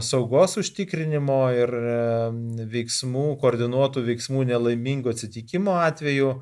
saugos užtikrinimo ir veiksmų koordinuotų veiksmų nelaimingo atsitikimo atveju